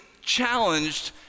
challenged